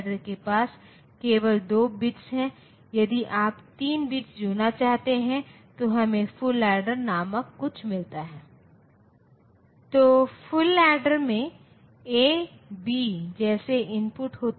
इसलिए यदि आप बड़ी संख्या का प्रतिनिधित्व करना चाहते हैं तो आपको प्रवेश के मूल्य को बढ़ाना होगा आपको संख्या प्रणाली में अधिक बिट्स का उपयोग करके इसका प्रतिनिधित्व करना होगा